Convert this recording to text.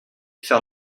faire